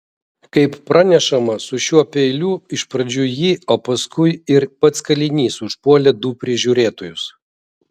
kaip pranešama su šiuo peiliu iš pradžių ji o paskui ir pats kalinys užpuolė du prižiūrėtojus